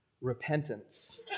repentance